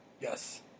Yes